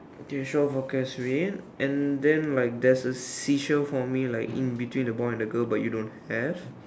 okay shore forecast for me and then like there's a seashell for me like in between the boy and the girl but you don't have